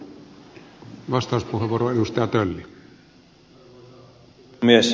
arvoisa puhemies